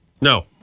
No